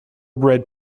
bred